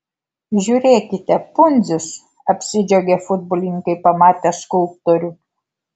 žiūrėkite pundzius apsidžiaugė futbolininkai pamatę skulptorių